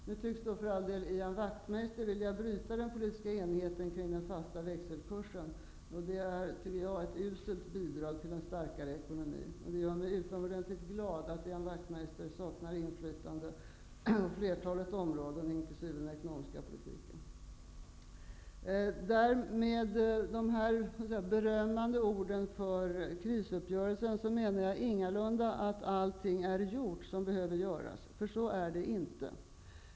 Nu tycks för all del Ian Wachtmeister vilja bryta den politiska enigheten kring den fasta växelkursen. Det tycker jag är ett uselt bidrag till en starkare ekonomi. Det gör mig utomordentligt glad att Ian Wachtmeister saknar inflytande på flertalet områden, inkl. den ekonomiska politiken. Med de här berömmande orden för krisuppgörelsen menar jag ingalunda att allt är gjort som behöver göras. Så är det inte.